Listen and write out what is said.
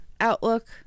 outlook